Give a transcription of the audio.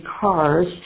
cars